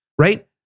Right